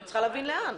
אני צריכה להבין לאן.